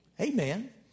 Amen